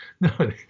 No